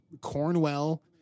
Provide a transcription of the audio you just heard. Cornwell